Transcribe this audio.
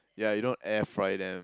yeah you don't air fry them